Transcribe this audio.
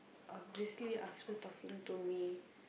obviously after talking to me